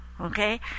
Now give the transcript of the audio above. Okay